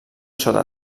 sota